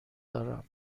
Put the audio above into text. دارم